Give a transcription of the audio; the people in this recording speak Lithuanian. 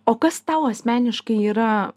o kas tau asmeniškai yra